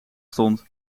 stond